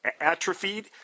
atrophied